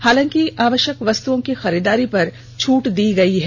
हलांकि अवष्यक वस्तुओं की खरीददारी पर छूट दी गई है